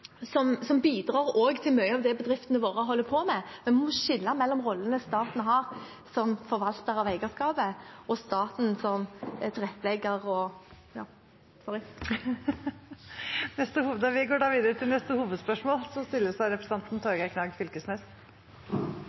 som bidrar til mye av det bedriftene våre holder på med, men vi må skille mellom rollene staten har som forvalter av eierskapet, og staten som tilrettelegger … Tiden er ute. Vi går da videre til neste hovedspørsmål.